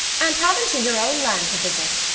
and haven't you your own land to visit,